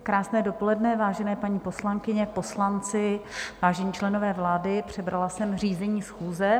Krásné dopoledne, vážené paní poslankyně, poslanci, vážení členové vlády, přebrala jsem řízení schůze.